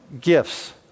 gifts